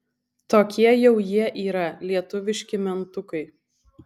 tokie jau jie yra lietuviški mentukai